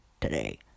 today